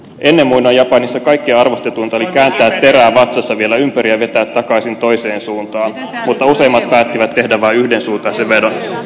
ennen muinoin japanissa kaikkein arvostetuinta oli kääntää terää vatsassa vielä ympäri ja vetää takaisin toiseen suuntaan mutta useammat päättivät tehdä vain yhdensuuntaisen vedon